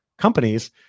Companies